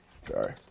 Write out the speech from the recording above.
Sorry